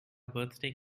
birthday